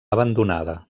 abandonada